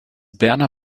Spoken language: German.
berner